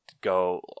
go